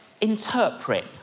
interpret